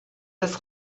das